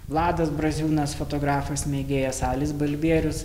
vladas braziūnas fotografas mėgėjas alis balbierius